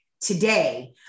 today